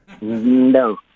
No